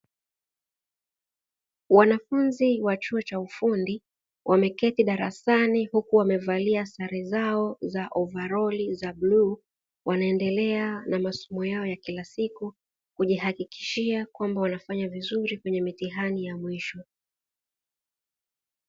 Wanafunzi wa chuo cha ufundi wameketi darasani huku wamevalia sare zao za ovaroli za bluu, wanaendelea na masomo ya kila siku kujihakikishia kwamba wanafanya vizuri kwenye mitihani ya mwisho.